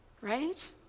right